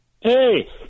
Hey